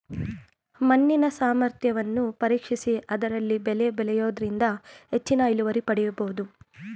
ಮಣ್ಣಿನ ಸಾಮರ್ಥ್ಯವನ್ನು ಪರೀಕ್ಷಿಸಿ ಅದರಲ್ಲಿ ಬೆಳೆ ಬೆಳೆಯೂದರಿಂದ ಹೆಚ್ಚಿನ ಇಳುವರಿ ಪಡೆಯಬೋದು